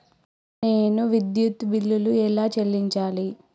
నేను విద్యుత్ బిల్లు ఎలా చెల్లించాలి?